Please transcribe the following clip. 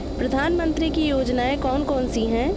प्रधानमंत्री की योजनाएं कौन कौन सी हैं?